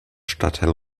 stadtteil